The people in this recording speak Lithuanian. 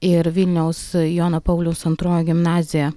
ir vilniaus jono pauliaus antroji gimnazija